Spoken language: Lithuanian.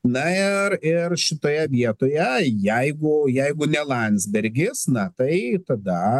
na ir ir šitoje vietoje jeigu jeigu ne landsbergis na tai tada